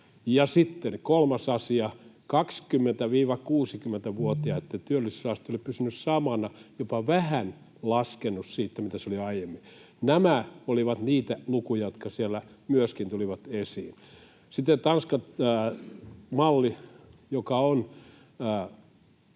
kolmas asia: 20—60-vuotiaitten työllisyysaste oli pysynyt samana, jopa vähän laskenut siitä, mitä se oli aiemmin. Nämä olivat niitä lukuja, jotka siellä myöskin tulivat esiin. Sitten Tanskan-malli: Se on